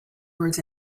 words